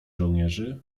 żołnierzy